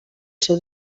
seu